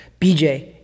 BJ